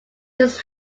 his